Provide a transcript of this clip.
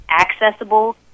accessible